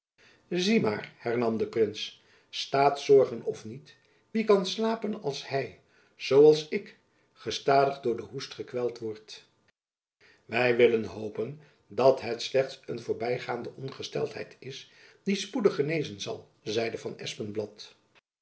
zie maar hernam nu de prins staatszorgen of niet wie kan slapen als hy zoo als ik gestadig door de hoest gekweld wordt wy willen hopen dat het slechts een voorbygaande ongesteldheid is die spoedig genezen zal zeide van